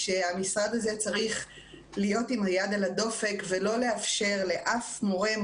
המשרד הזה צריך להיות עם היד על הדופק ולא לאפשר לאף מורה או